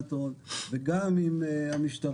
להלבנת הון, וגם עם המשטרה,